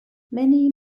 many